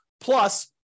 plus